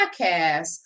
podcast